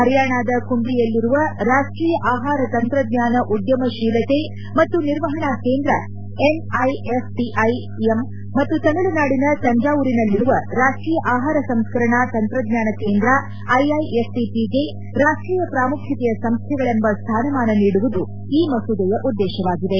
ಹರ್ನಾಣದ ಕುಂಡ್ಡಿಯಲ್ಲಿರುವ ರಾಷ್ಟೀಯ ಆಹಾರ ತಂತ್ರಜ್ಞಾನ ಉದ್ಯಮಶೀಲತೆ ಮತ್ತು ನಿರ್ವಹಣಾ ಕೇಂದ್ರ ಎನ್ಐಎಫ್ಟಿಇಎಂ ಮತ್ತು ತಮಿಳುನಾಡಿನ ತಂಜಾವೂರಿನಲ್ಲಿರುವ ರಾಷ್ಟೀಯ ಆಹಾರ ಸಂಸ್ಕ ರಣಾ ತಂತ್ರಜ್ಞಾನ ಕೇಂದ್ರ ಐಐಎಫ್ಟಿಪಿಗೆ ರಾಷ್ಟೀಯ ಪ್ರಾಮುಖ್ಯತೆಯ ಸಂಸ್ಥೆಗಳೆಂಬ ಸ್ಥಾನಮಾನ ನೀಡುವುದು ಈ ಮಸೂದೆಯ ಉದ್ದೇಶವಾಗಿದೆ